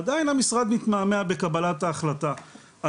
עדיין המשרד מתמהמה בקבלת ההחלטה,